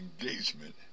engagement